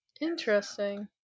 Interesting